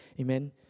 Amen